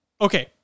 okay